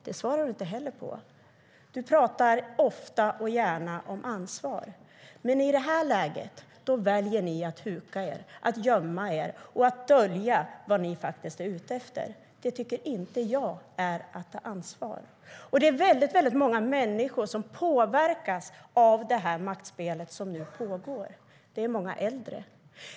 Det svarar du heller inte på. Det är väldigt många människor som påverkas av det maktspel som nu pågår, och det är många äldre.